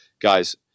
guys